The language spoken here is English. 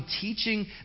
teaching